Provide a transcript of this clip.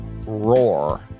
Roar